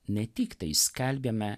ne tiktai skelbiame